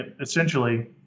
essentially